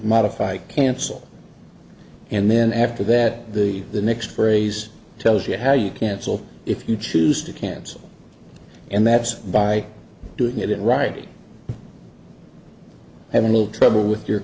modify cancel and then after that the the next phrase tells you how you cancel if you choose to cancel and that's by doing it in writing i have a little trouble with your